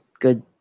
good –